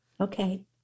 Okay